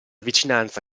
vicinanza